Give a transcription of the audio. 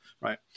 right